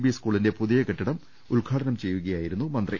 B സ്കൂളിന്റെ പുതിയ കെട്ടിടം ഉദ്ഘാടനം ചെയ്യുക യായിരുന്നു മന്ത്രി